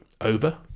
over